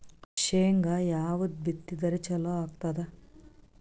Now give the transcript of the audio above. ಶೇಂಗಾ ಯಾವದ್ ಬಿತ್ತಿದರ ಚಲೋ ಆಗತದ?